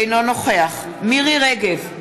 אינו נוכח מירי רגב,